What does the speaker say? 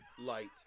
light